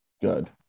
good